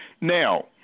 Now